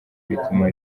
bituma